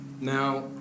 Now